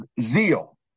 zeal